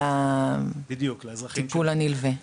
לטיפול הנלווה.